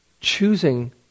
choosing